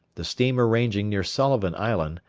the steamer ranging near sullivan island,